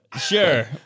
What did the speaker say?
Sure